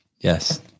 Yes